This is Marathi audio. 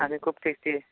आनि खूप टेस्टी ए